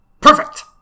Perfect